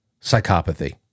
psychopathy